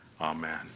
Amen